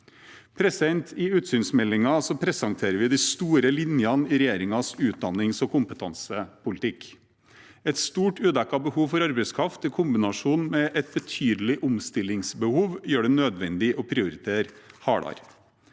landet. I utsynsmeldingen presenterer vi de store linjene i regjeringens utdannings- og kompetansepolitikk. Et stort udekket behov for arbeidskraft i kombinasjon med et betydelig omstillingsbehov gjør det nødvendig å prioritere hardere.